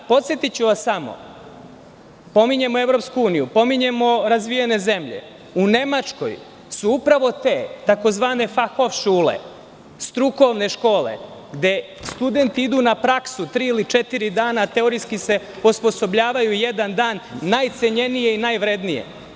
Podsetiću vas samo, pominjemo EU, pominjemo razvijene zemlje, u Nemačkoj su upravo te tzv. fahovšule, strukovne škole gde studenti idu na praksu tri ili četiri dana, a teorijski se osposobljavaju jedan dan, najcenjenije i najvrednije.